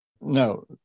no